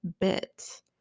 bit